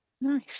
nice